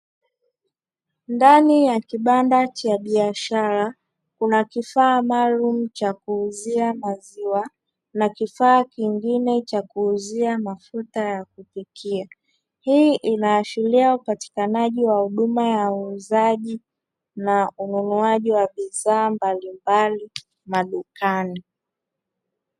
Ndani ya kibanda cha biashara kuna kifaa maalumu cha kuuzia maziwa na kifaa kingine cha kuuzia mafuta ya kupikia. Hii inaashiria upatikanaji wa huduma ya uuzaji na ununuaji wa bidhaa mbalimbali madukani.